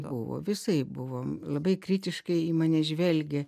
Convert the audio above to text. buvo visaip buvo labai kritiškai į mane žvelgė